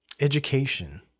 education